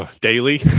Daily